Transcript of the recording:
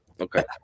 Okay